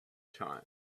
time